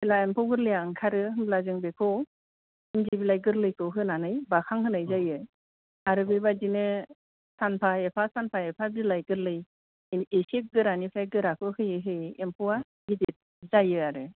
जेला एम्फौ गोरलैया ओंखारो होमब्ला जों बेखौ इन्दि बिलाय गोरलैखौ होनानै बाखां होनाय जायो आरो बेबादिनो सानफा एफा सानफा एफा बिलाय गोरलै एसे गोरानिफ्राय गोराखौ होयै होयै एम्फौया गिदिर जायो आरो